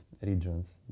regions